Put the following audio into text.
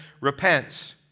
repents